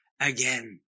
again